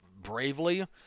bravely